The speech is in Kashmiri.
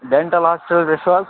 ڈٮ۪نٹٕل ہاسپِٹَل گٔژھِو حظ